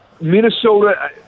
Minnesota